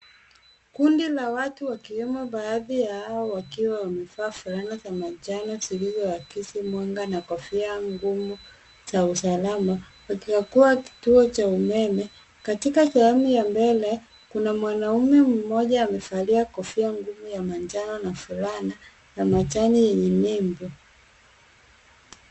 Kundi la watu wakiwemo baadhi ya hawa wakiwa wamevaa fulana za manjano zilizoakisi mwanga na kofia ngumu za usalama wakikagua kituo cha umeme. Katika sehemu ya mbele kuna mwanaume mmoja amevalia kofia ngumu ya manjano na fulana ya majani yenye nembo.